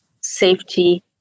safety